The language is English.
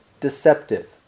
deceptive